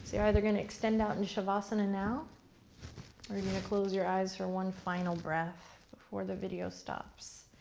you're either going to extend out in shavasana now or you're going to close your eyes for one final breath before the video stops.